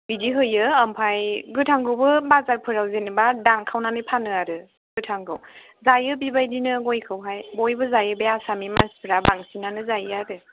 बिदि होयो आमफ्राइ गोथांखौबो बाजाराव जेन'बा दानखावनानै फानो आरो गोथांखौ जायो बेबायदिनो गयखौहाय बयबो जायो बे आसामनि मानसिफ्रा बांसिनानो जायो आरो